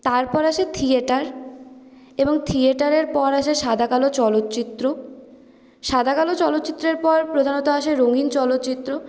তারপর আসে থিয়েটার এবং থিয়েটারের পর আসে সাদা কালো চলচ্চিত্র সাদা কালো চলচ্চিত্রের পর প্রধাণত আসে রঙিন চলচ্চিত্র